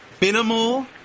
Minimal